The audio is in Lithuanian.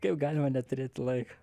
kaip galima neturėt laiko